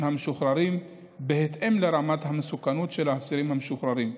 המשוחררים בהתאם לרמת המסוכנות של האסירים המשוחררים.